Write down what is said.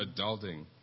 adulting